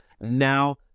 Now